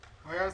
בבקשה.